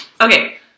Okay